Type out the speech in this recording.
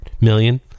million